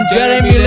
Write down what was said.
Jeremy